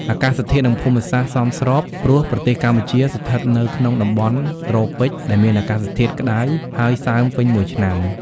អាកាសធាតុនិងភូមិសាស្ត្រសមស្រប ព្រោះប្រទេសកម្ពុជាស្ថិតនៅក្នុងតំបន់ត្រូពិចដែលមានអាកាសធាតុក្តៅហើយសើមពេញមួយឆ្នាំ។